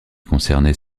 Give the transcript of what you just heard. concernés